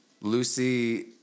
Lucy